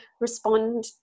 respond